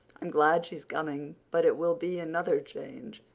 i'm glad she's coming but it will be another change.